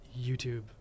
YouTube